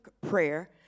prayer